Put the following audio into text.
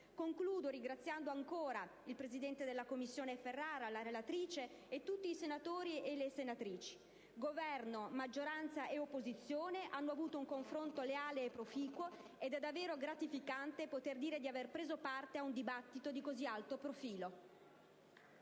Concludo, ringraziando ancora il vice presidente della Commissione, senatore Ferrara, la relatrice e tutti i senatori e le senatrici. Governo, maggioranza e opposizione hanno avuto un confronto leale e proficuo ed è davvero gratificante poter dire di avere preso parte a un dibattito di così alto profilo.